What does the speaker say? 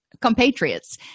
compatriots